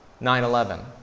9-11